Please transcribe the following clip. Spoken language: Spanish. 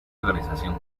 organización